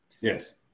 Yes